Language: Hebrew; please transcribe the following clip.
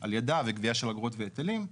על ידה וגבייה של אגרות והיטלים.